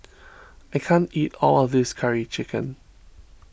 I can't eat all of this Curry Chicken